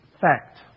fact